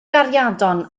gariadon